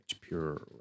pure